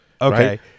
Okay